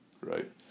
right